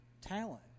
talent